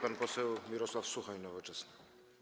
Pan poseł Mirosław Suchoń, Nowoczesna.